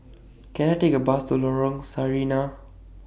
Can I Take A Bus to Lorong Sarina